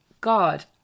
God